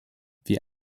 wir